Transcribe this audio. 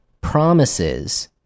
promises